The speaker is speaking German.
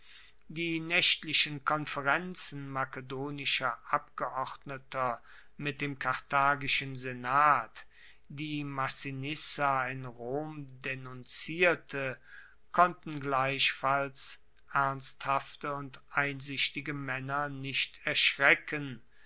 die naechtlichen konferenzen makedonischer abgeordneter mit dem karthagischen senat die massinissa in rom denunzierte konnten gleichfalls ernsthafte und einsichtige maenner nicht erschrecken